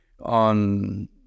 on